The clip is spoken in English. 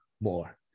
more